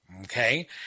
okay